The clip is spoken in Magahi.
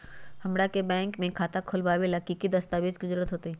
हमरा के बैंक में खाता खोलबाबे ला की की दस्तावेज के जरूरत होतई?